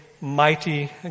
mighty